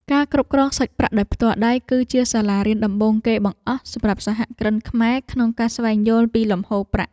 ការគ្រប់គ្រងសាច់ប្រាក់ដោយផ្ទាល់ដៃ គឺជាសាលារៀនដំបូងគេបង្អស់សម្រាប់សហគ្រិនខ្មែរក្នុងការស្វែងយល់ពីលំហូរប្រាក់។